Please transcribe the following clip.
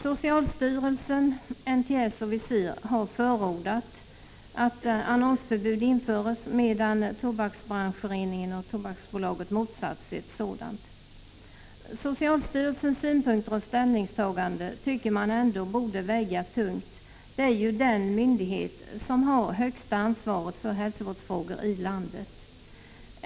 Socialstyrelsen, NTS och Visir har förordat att annonseringsförbud införs, medan Tobaksbranschföreningen och Tobaksbolaget motsatt sig ett sådant. Socialstyrelsens synpunkter och ställningstagande tycker man ändå borde väga tungt. Socialstyrelsen är ju den myndighet som har det övergripande ansvaret för hälsovårdsfrågor i landet.